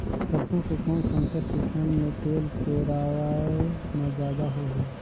सरसो के कौन संकर किसम मे तेल पेरावाय म जादा होही?